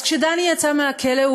אז כשדני יצא מהכלא,